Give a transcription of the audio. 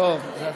נתתי לך את הבמה,